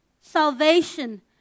salvation